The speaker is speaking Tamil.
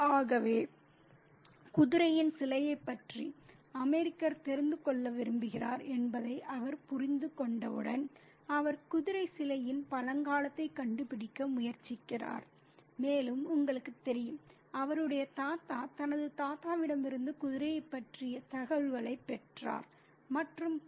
ஆகவே குதிரையின் சிலையைப் பற்றி அமெரிக்கர் தெரிந்து கொள்ள விரும்புகிறார் என்பதை அவர் புரிந்துகொண்டவுடன் அவர் குதிரை சிலையின் பழங்காலத்தைக் கண்டுபிடிக்க முயற்சிக்கிறார் மேலும் உங்களுக்குத் தெரியும் அவருடைய தாத்தா தனது தாத்தாவிடமிருந்து குதிரையைப் பற்றிய தகவல்களைப் பெற்றார் மற்றும் பல